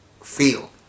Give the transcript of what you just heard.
feel